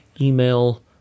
email